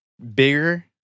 Bigger